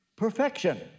Perfection